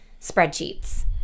spreadsheets